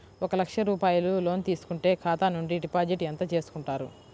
ఒక లక్ష రూపాయలు లోన్ తీసుకుంటే ఖాతా నుండి డిపాజిట్ ఎంత చేసుకుంటారు?